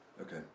Okay